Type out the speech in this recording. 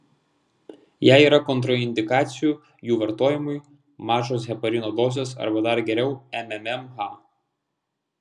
jei yra kontraindikacijų jų vartojimui mažos heparino dozės arba dar geriau mmmh